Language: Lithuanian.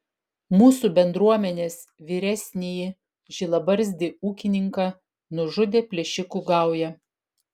mūsų bendruomenės vyresnįjį žilabarzdį ūkininką nužudė plėšikų gauja